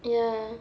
ya